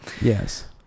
Yes